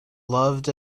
loved